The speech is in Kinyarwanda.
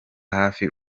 hafi